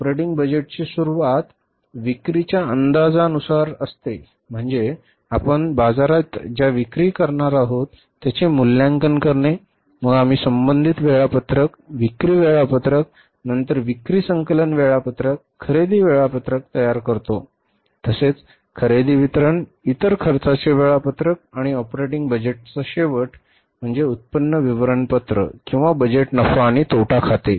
operating बजेटची सुरूवात विक्रीच्या अंदाजानुसार असते म्हणजे आपण बाजारात ज्या विक्री करणार आहोत त्याचे मूल्यांकन करणे मग आम्ही संबंधित वेळापत्रक विक्री वेळापत्रक नंतर विक्री संकलन वेळापत्रक खरेदी वेळापत्रक तयार करतो तसेच खरेदी वितरण इतर खर्चाचे वेळापत्रक आणि ऑपरेटिंग बजेटचा शेवट म्हणजे उत्पन्न विवरणपत्र किंवा बजेट नफा आणि तोटा खाते